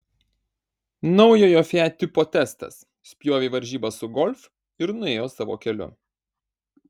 naujojo fiat tipo testas spjovė į varžybas su golf ir nuėjo savo keliu